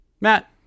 Matt